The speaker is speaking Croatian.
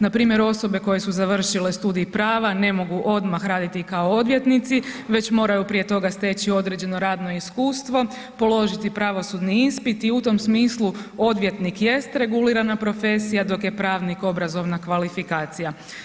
Npr. osobe koje su završile studij prava ne mogu odmah raditi kao odvjetnici već moraju prije toga steći određeno radno iskustvo, položiti pravosudni ispit i u tom smislu odvjetnik jest regulirana profesija, dok je pravnik obrazovna kvalifikacija.